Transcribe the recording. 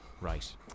Right